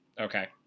Okay